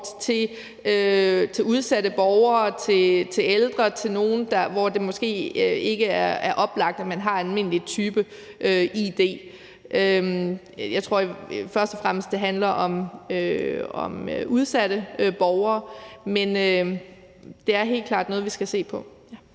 til udsatte borgere, til ældre og til nogle, hvor det måske ikke er oplagt, at de har en almindelig type id. Jeg tror først og fremmest, det handler om udsatte borgere, men det er helt klart noget, vi skal se på.